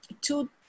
two